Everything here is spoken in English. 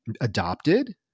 adopted